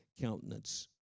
Countenance